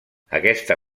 aquesta